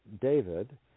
David